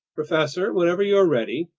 professor, whenever you're ready.